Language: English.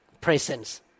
presence